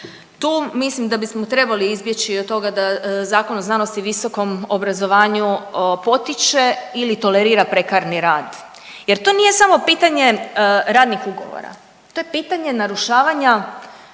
tu mislim da bismo trebali izbjeći od toga da Zakon o znanosti i visokom obrazovanju potiče ili tolerira prekarni rad jer to nije samo pitanje radnih ugovora, to je pitanje narušavanja